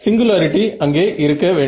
singularity அங்கே இருக்க வேண்டும்